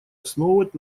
основывать